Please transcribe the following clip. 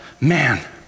man